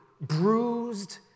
bruised